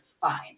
fine